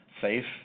safe